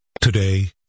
Today